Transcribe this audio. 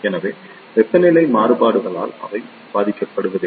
எனவே வெப்பநிலை மாறுபாடுகளால் அவை பாதிக்கப்படுவதில்லை